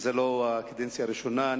שזו לא הקדנציה הראשונה שלו.